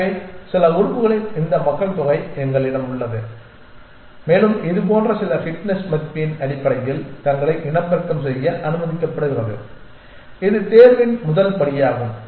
எனவே சில உறுப்புகளின் இந்த மக்கள்தொகை எங்களிடம் உள்ளது மேலும் இது போன்ற சில ஃபிட்னஷ் மதிப்பின் அடிப்படையில் தங்களை இனப்பெருக்கம் செய்ய அனுமதிக்கப்படுகிறது இது தேர்வின் முதல் படியாகும்